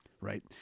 Right